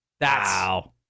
Wow